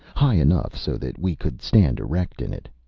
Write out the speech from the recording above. high enough so that we could stand erect in it.